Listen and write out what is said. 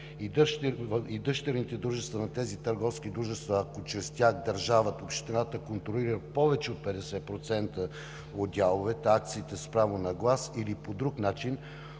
и дъщерните дружества на тези търговски дружества, ако чрез тях държавата, общината, контролира повече от 50% от дяловите акции с право на глас или по друг начин